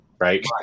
Right